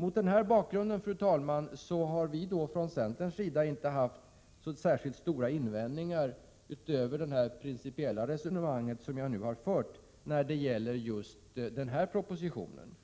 Mot denna bakgrund, fru talman, har vi från centern inte haft så stora invändningar utöver det principiella resonemang som jag nu har fört när det gäller just den här propositionen.